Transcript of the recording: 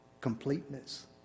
Completeness